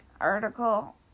article